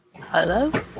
Hello